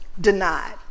denied